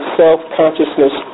self-consciousness